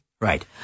Right